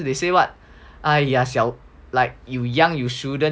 they say what !aiya! like you young you shouldn't